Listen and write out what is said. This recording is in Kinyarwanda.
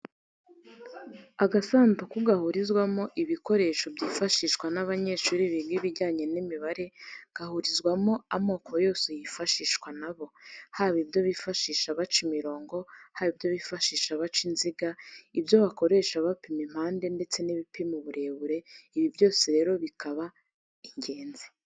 Agasanduku gahurizwamo ibikoresho byifashishwa n'abanyeshuri biga ibijyanye n'imibare, gahurizwamo amako yose yifashishwa na bo, haba ibyo bifashisha baca imirongo, haba ibyo bifashisha baca inziga, ibyo bakoresha bapima impande ndetse n'ibipima uburebure, ibi byose rero bikaba ingenzi.